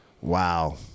Wow